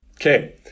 Okay